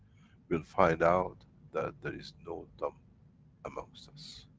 we'll find out, that there is no dumb amongst us.